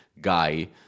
guy